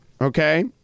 Okay